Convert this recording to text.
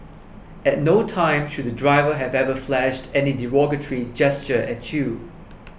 at no time should the driver have ever flashed any derogatory gesture at you